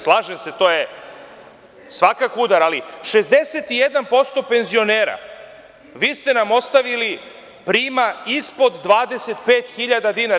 Slažem se, to je svakako udar, ali 61% penzionera, vi ste nam ostavili, prima ispod 25.000 dinara.